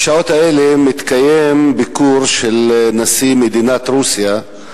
בשעות האלה מתקיים ביקור של נשיא מדינת רוסיה,